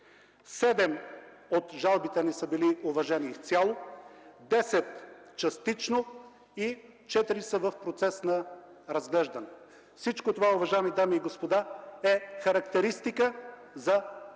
от жалбите ни са били уважени изцяло, десет – частично, и четири са в процес на разглеждане. Всичко това, уважаеми дами и господа, е характеристика за лошото